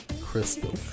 Crystal